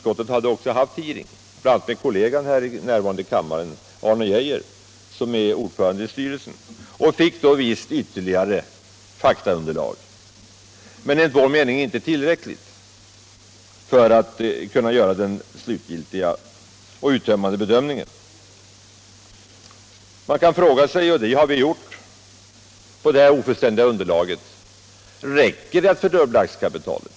Vi hörde bl.a. kollegan här i kammaren, herr Arne Geijer i Stockholm, som är ordförande i banken styrelse, och fick då visst ytterligare faktaunderlag, men enligt vår mening inte tillräckligt för att utskottet skulle kunna göra den slutgiltiga och uttömmande bedömningen. Man kan fråga sig, och det har vi gjort — på grundval av detta ofullständiga underlag: Räcker det med att fördubbla aktiekapitalet?